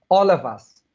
all of us?